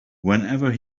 whenever